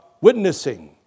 witnessing